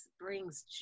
brings